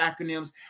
acronyms